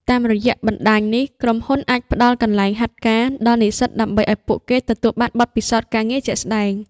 តាមរយៈបណ្តាញនេះ ក្រុមហ៊ុនអាចផ្តល់ កន្លែងហាត់ការ ដល់និស្សិតដើម្បីឱ្យពួកគេទទួលបានបទពិសោធន៍ការងារជាក់ស្តែង។